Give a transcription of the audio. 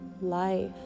life